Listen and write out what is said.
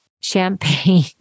champagne